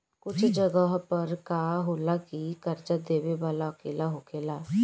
कुछ जगह पर का होला की कर्जा देबे वाला अकेला होखेला